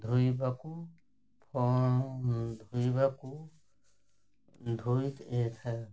ଧୋଇବାକୁ ଧୋଇବାକୁ ଧୋଇଥାଏ